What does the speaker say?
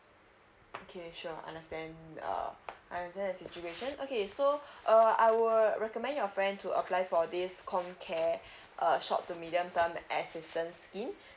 okay sure understand uh I understand your situation okay so uh I would recommend your friend to apply for this com care uh short to medium term assistance scheme